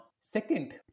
Second